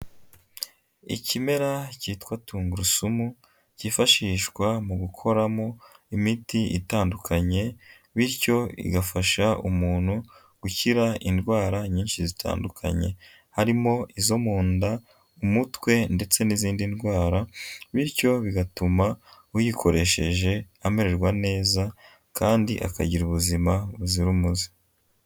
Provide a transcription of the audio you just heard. Ikimera cyitwa tungurusumu cyifashishwa mu gukoramo imiti itandukanye bityo igafasha umuntu gukira indwara nyinshi zitandukanye, harimo izo mu nda, umutwe ndetse n'izindi ndwara bityo bigatuma uyikoresheje amererwa neza kandi akagira ubuzima buzira umuze.